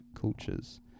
cultures